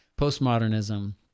postmodernism